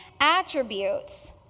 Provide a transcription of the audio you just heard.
attributes